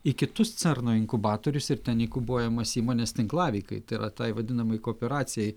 į kitus cerno inkubatorius ir ten inkubuojamos įmonės tinklaveikai tai yra tai vadinamai kooperacijai